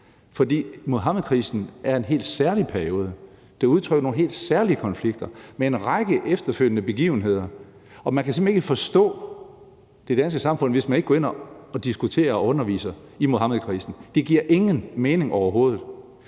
For Muhammedkrisen er en helt særlig periode, der udtrykker nogle helt særlige konflikter med en række efterfølgende begivenheder, og man kan simpelt hen ikke forstå det danske samfund, hvis man ikke går ind og diskuterer og underviser i Muhammedkrisen – det giver overhovedet